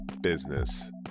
business